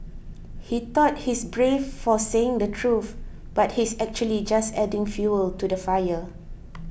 he thought he's brave for saying the truth but he's actually just adding fuel to the fire